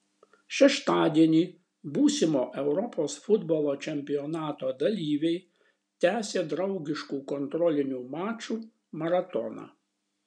šeštadienį būsimo europos futbolo čempionato dalyviai tęsė draugiškų kontrolinių mačų maratoną